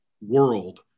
world